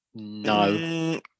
No